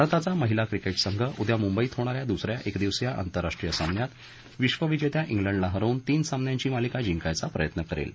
भारताचा महिला क्रिकेट संघ उद्या मुंबईत होणार्या दुसर्या एकदिवसीय आंतरराष्ट्रीय सामन्यात विश्वविजेत्या उलंडला हरवून तीन सामन्यांची मालिका जिंकायचा प्रयत्न करेल